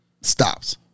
Stops